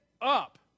up